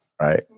right